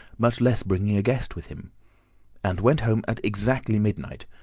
much less bringing a guest with him and went home at exactly midnight,